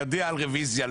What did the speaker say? תודיע על רביזיה,